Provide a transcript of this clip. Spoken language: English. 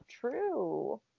True